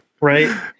Right